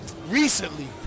Recently